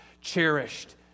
cherished